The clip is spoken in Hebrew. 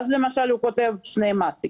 ואז הוא כותב למשל שני מעסיקים.